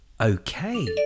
Okay